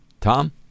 Tom